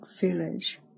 Village